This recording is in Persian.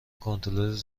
کنترل